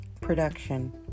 production